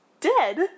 dead